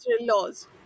laws